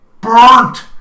burnt